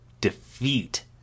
defeat